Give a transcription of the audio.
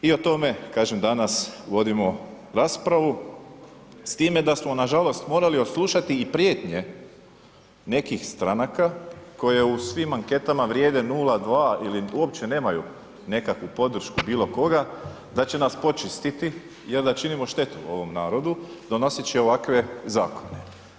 I o tome, kažem, danas vodimo raspravu s time da smo nažalost morali odslušali i prijetnje nekih stranaka koje u svim anketama vrijede 0,2 ili uopće nemaju nekakvu podršku bilo koga, da će nas počistiti jel da činimo štetu ovom narodu donoseći ovakve zakone.